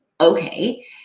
Okay